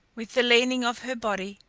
with the leaning of her body,